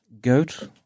goat